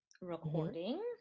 recording